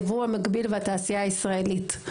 הייבוא המגביל והתעשייה הישראלית.